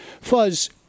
Fuzz